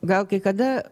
gal kai kada